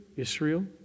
Israel